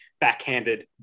backhanded